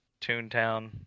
Toontown